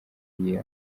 iyo